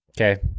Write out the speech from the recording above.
Okay